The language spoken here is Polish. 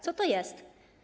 Co to jest?